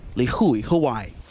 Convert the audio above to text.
the coulee hawai.